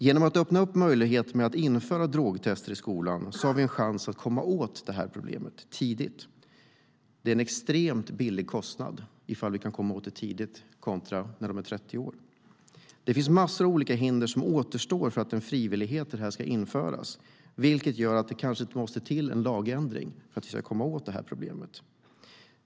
Genom att öppna för möjligheten att införa drogtester i skolan har vi en chans att komma åt problemet tidigt. Det är en extremt billig kostnad om vi kommer åt det tidigt jämfört med när individen är 30 år. Det återstår massor av olika hinder för att en frivillighet till detta ska införas, vilket gör att det kanske måste till en lagändring för att vi ska komma åt problemet.